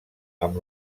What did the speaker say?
amb